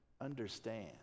understand